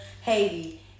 Haiti